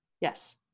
Yes